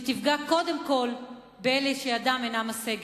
שתפגע קודם כול באלה שידם אינה משגת.